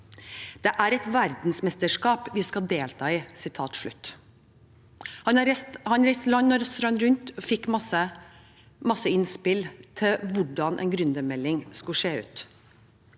det er et verdensmesterskap vi skal delta i. Han reiste land og strand rundt og fikk en masse innspill til hvordan en gründermelding skulle se ut.